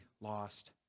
lost